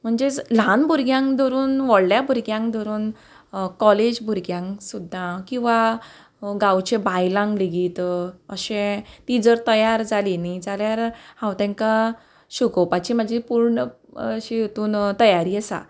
भुरग्यांक धरून व्हडल्या भुरग्यांक धरून कॉलेज भुरग्यांक सुद्दां किंवा गांवचे बायलांक लेगीत अशें ती जर तयार जाली न्ही जाल्यार हांव तेंकां शिकोवपाची म्हाजी पूर्ण अशी हेतून तयारी आसा